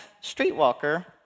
streetwalker